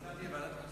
חוץ